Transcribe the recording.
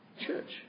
church